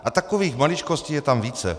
A takových maličkostí je tam více.